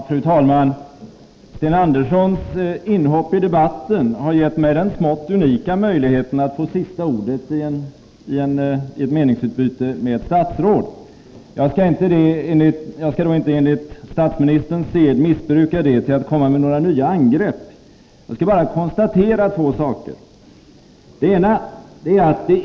Fru talman! Sten Anderssons inhopp i debatten har gett mig den smått unika möjligheten att få sista ordet i ett meningsutbyte med ett statsråd. Jag skallinte enligt statsministerns sed missbruka den genom att komma med nya angrepp. Jag vill bara konstatera ett par saker.